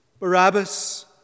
Barabbas